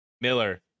Miller